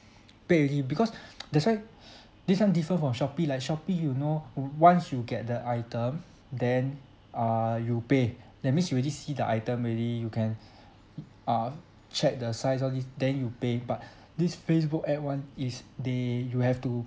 pay already because that's why this one different from Shopee like Shopee you know o~ once you get the item then err you pay that means you already see the item already you can uh check the size all this then you pay but this facebook ad one is they you have to